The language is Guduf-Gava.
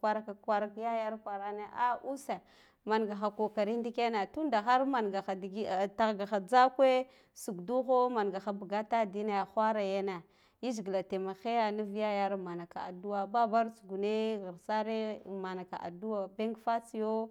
kwarka, yayara kwarana a usa mangaha kokari ndikena tun da har manga digit, tahgaha tzakwe sha suk duho mangaha bugata dine whara yene yizzgila tewhiya nuv yayara ma naka addu'a babbar tsugune ghir sare an manaka addu'a ben fatsiyo